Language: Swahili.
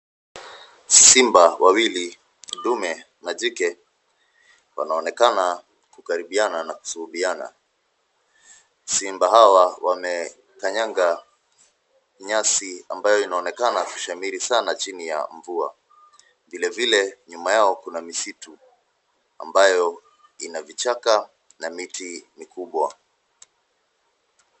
Simba wawili ndume na jike wanaonekana kukaribiana na kusubiana. Simba hawa wamekanyaga nyasi ambayo inaonekana kushamiri sana chini ya mvua. Vile vile, nyuma yao kuna misitu ambayo ina vichaka na miti mikubwa.